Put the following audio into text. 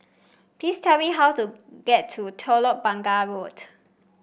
please tell me how to get to Telok Blangah Road